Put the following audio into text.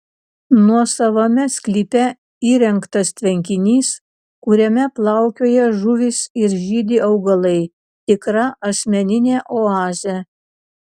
nuosavame sklype įrengtas tvenkinys kuriame plaukioja žuvys ir žydi augalai tikra asmeninė oazė